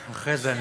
אחרי זה אגיד.